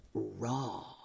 raw